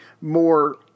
more